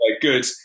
good